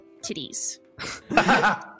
titties